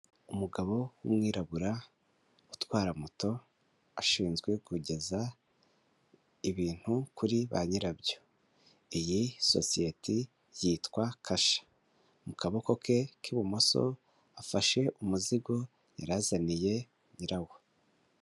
Umugabo w'umwirabura utwara moto ashinzwe kugeza ibintu kuri ba nyirabyo. Iyi sosiyete yitwa kasha mu kaboko ke k'ibumoso afashe umuzigo yarazaniye nyirawo.